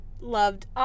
loved